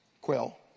quill